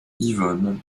yvonne